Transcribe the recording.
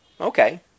Okay